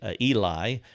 Eli